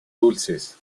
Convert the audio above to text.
dulces